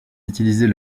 utiliser